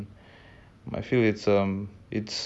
but still you know animals nonetheless